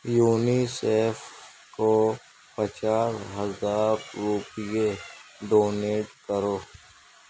UNICEF کو پچاس ہزار روپیے ڈونیٹ کرو